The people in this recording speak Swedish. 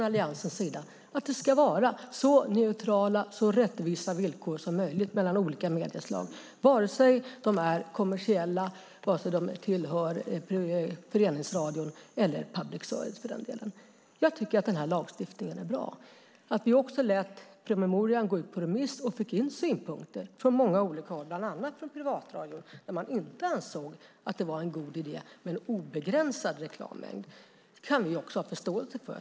Alliansen tycker att det ska vara så neutrala och rättvisa villkor som möjligt för olika medieslag, oavsett om de är kommersiella eller tillhör föreningsradion eller public service. Jag tycker att den här lagstiftningen är bra. Vi lät promemorian gå ut på remiss och fick in synpunkter från många håll, bland annat från privatradion som ansåg att det inte var en god idé med obegränsad reklam. Det kan vi ha förståelse för.